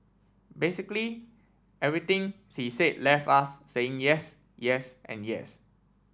basically everything she said left us saying yes yes and yes